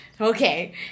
Okay